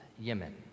Yemen